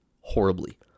horribly